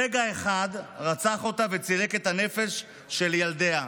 ברגע אחד הוא רצח אותה וצילק את הנפש של ילדיה.